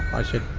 i said,